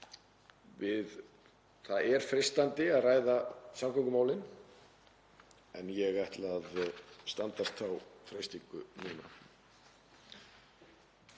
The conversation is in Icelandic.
Það er freistandi að ræða samgöngumálin en ég ætla að standast þá freistingu núna.